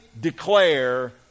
declare